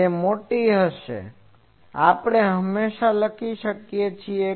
જે મોટી હશે આપણે હંમેશાં આ લખી શકીએ છીએ